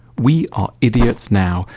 we are idiots now,